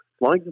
long